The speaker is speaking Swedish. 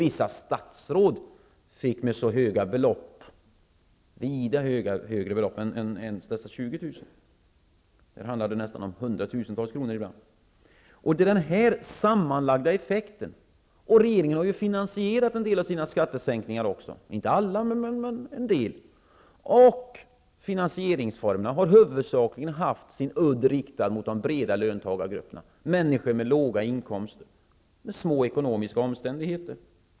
Vissa statsråd fick skattesänkningar med vida högre belopp än dessa 20 000. Där handlade det ibland om 100 000-tals kronor. Detta är den sammanlagda effekten. Regeringen har ju finansierat en del av sina skattesänkningar, inte alla, men en del. Finansieringsformerna har huvudsakligen haft sin udd riktad mot de breda löntagargrupperna, människor med låga inkomster och små ekonomiska omständigheter.